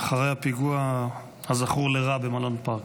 אחרי הפיגוע הזכור לרעה במלון פארק.